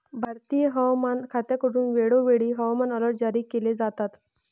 भारतीय हवामान खात्याकडून वेळोवेळी हवामान अलर्ट जारी केले जातात